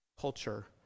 culture